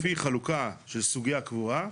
לפי חלוקה של סוגי הקבורה,